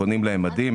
קונים להם מדים,